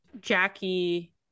Jackie